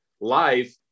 life